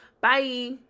bye